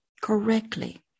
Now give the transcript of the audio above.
correctly